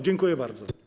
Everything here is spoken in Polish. Dziękuję bardzo.